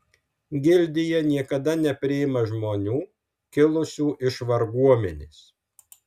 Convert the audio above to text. gildija niekada nepriima žmonių kilusių iš varguomenės